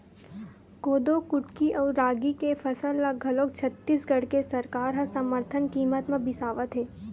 कोदो कुटकी अउ रागी के फसल ल घलोक छत्तीसगढ़ के सरकार ह समरथन कीमत म बिसावत हे